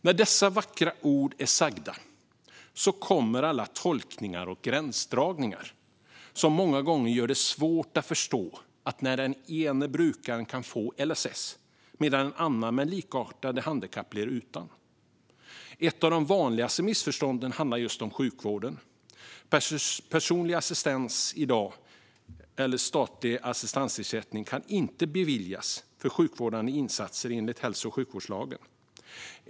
När dessa vackra ord är sagda kommer alla tolkningar och gränsdragningar som många gånger gör det svårt att förstå varför en brukare kan få LSS-stöd medan en annan med likartade handikapp blir utan. Ett av de vanligaste missförstånden handlar just om sjukvården. Personlig assistans eller statlig assistansersättning kan i dag inte beviljas för sjukvårdande insatser enligt hälso och sjukvårdslagen.